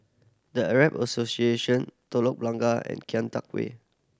The Arab Association Telok Blangah and Kian Teck Way